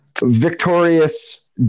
victorious